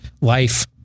life